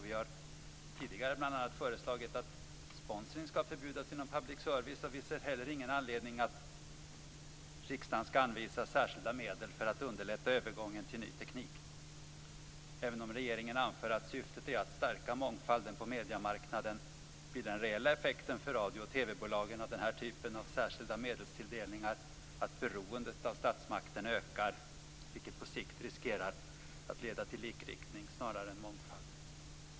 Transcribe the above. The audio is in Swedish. Vi har tidigare föreslagit att bl.a. sponsring skall förbjudas inom public service, och vi ser inte heller någon anledning att riksdagen skall anvisa särskilda medel för att underlätta övergången till ny teknik. Även om regeringen anför att syftet är att stärka mångfalden på mediemarknaden blir den reella effekten för radio och TV-bolagen av den här typen av särskilda medelstilldelningar att beroendet av statsmakten ökar, vilket på sikt riskerar att leda till likriktning snarare än mångfald.